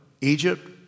Egypt